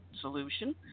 solution